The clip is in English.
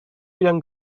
young